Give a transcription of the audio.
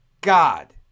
God